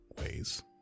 ways